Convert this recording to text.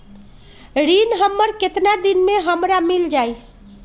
ऋण हमर केतना दिन मे हमरा मील जाई?